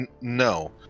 No